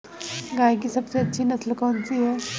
गाय की सबसे अच्छी नस्ल कौनसी है?